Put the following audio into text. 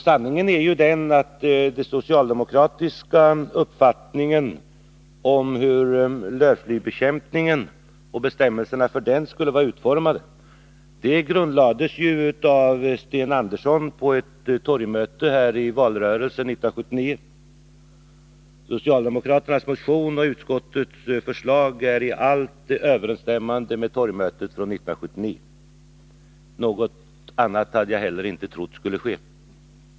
Sanningen är ju den att den socialdemokratiska uppfattningen om hur bestämmelserna för lövslybekämpningen skall vara utformade grundlades av Sten Andersson på ett torgmöte i valrörelsen 1979. Socialdemokraternas motion och utskottets förslag är i allt överensstämmande med vad som sades vid torgmötet 1979. Något annat hade jag heller inte trott skulle ske.